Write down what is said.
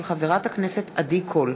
של חברת הכנסת עדי קול,